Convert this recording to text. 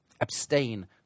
Abstain